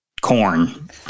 corn